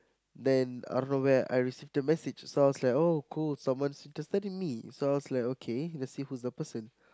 then I don't know where I received the message so I was like oh cool someone's interested in me so I was like okay let's see who the person